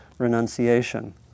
renunciation